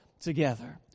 together